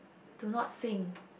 do not sing